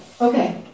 Okay